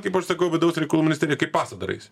kaip aš sakau vidaus reikalų ministeri kai pasą daraisi